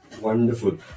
Wonderful